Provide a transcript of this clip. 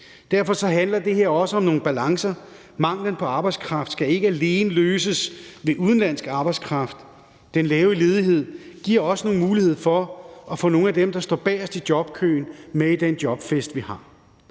Derfor handler det her også om nogle balancer: Manglen på arbejdskraft skal ikke alene løses ved udenlandsk arbejdskraft; den lave ledighed giver også nogle muligheder for at få nogle af dem, der står bagest i jobkøen, med i den jobfest, vi har.